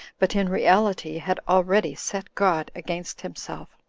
but in reality had already set god against himself.